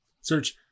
search